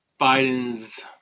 Biden's